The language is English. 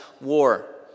war